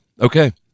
okay